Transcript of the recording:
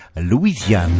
Louisiane